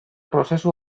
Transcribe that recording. prozesu